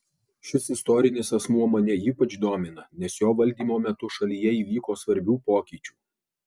šis istorinis asmuo mane ypač domina nes jo valdymo metu šalyje įvyko svarbių pokyčių